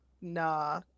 nah